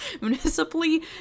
municipally